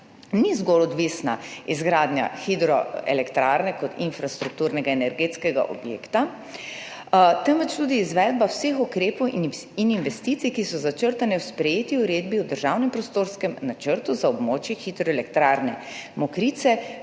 zgolj izgradnja hidroelektrarne kot infrastrukturnega energetskega objekta, temveč tudi izvedba vseh ukrepov in investicij, ki so začrtane v sprejeti Uredbi o državnem prostorskem načrtu za območje hidroelektrarne Mokrice,